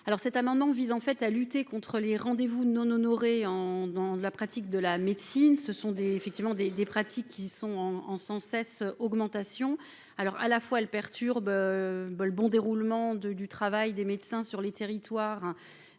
alors cet amendement vise en fait à lutter contre les rendez-vous non honorés en dans la pratique de la médecine, ce sont des effectivement des des pratiques qui sont en en sans cesse augmentation alors à la fois le perturbe bon déroulement de du travail des médecins sur les territoires,